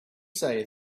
say